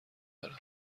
دارد